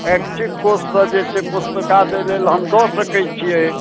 ऐच्छिक कोषसँ जे छै पुस्तकालय लेल हम दऽ सकैत छियै